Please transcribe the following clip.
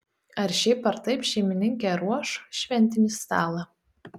ar šiaip ar taip šeimininkė ruoš šventinį stalą